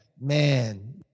man